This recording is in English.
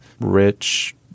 rich